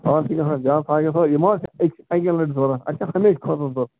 آ چھِ گَژھان زیادٕ یہِ مہٕ حظ چھِ اکہِ اکی لٹہِ ضروٗرت اَسہِ چھِ ہمیشہِ خٲطرٕ ضروٗرت